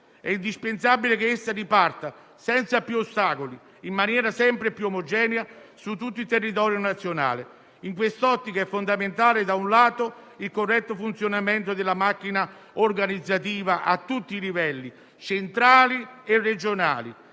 È indispensabile che essa riparta senza più ostacoli in maniera sempre più omogenea su tutto il territorio nazionale. In quest'ottica è fondamentale, da un lato, il corretto funzionamento della macchina organizzativa a tutti i livelli, centrali e regionali